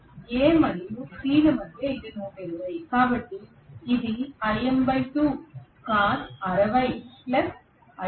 A మరియు C ల మధ్య ఇది 120